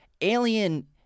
Alien